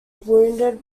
wounded